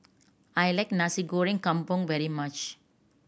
I like Nasi Goreng Kampung very much